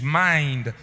mind